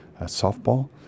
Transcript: softball